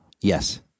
Yes